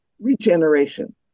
regeneration